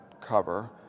cover